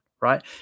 right